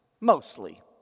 mostly